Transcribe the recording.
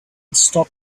stop